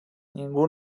ningú